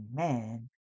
amen